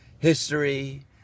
History